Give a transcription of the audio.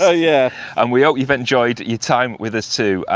ah yeah and we hope you've enjoyed your time with us too.